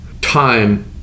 time